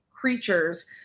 creatures